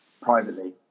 privately